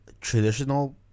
traditional